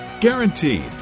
Guaranteed